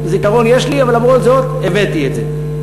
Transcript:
זיכרון יש לי, ולמרות זאת הבאתי את זה.